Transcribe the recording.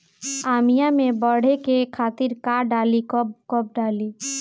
आमिया मैं बढ़े के खातिर का डाली कब कब डाली?